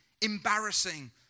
embarrassing